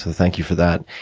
thank you for that.